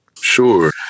Sure